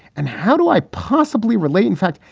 and how do i possibly relate? in fact,